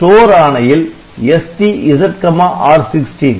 STORE ஆணையில் ST ZR16